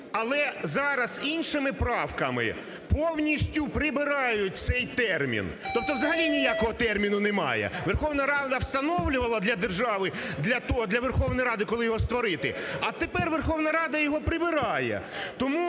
Але зараз іншими правками повністю прибирають цей термін. Тобто взагалі ніякого терміну немає. Верховна Рада встановлювала для держави, для Верховної Ради, коли його створити. А тепер Верховна Рада його прибирає. Тому